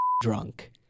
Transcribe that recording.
drunk